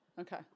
Okay